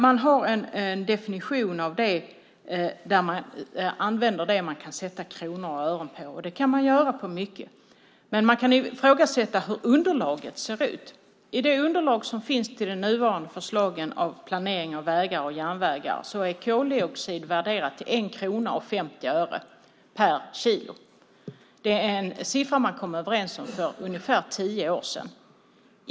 Man har en definition av det där kronor och ören används. Det kan man göra med mycket, men vi kan ifrågasätta hur underlaget ser ut. I det underlag som finns till de nuvarande förslagen av planering av vägar och järnvägar är koldioxid värderat till 1 krona och 50 öre per kilo. Det är en siffra man kom överens om för ungefär tio år sedan.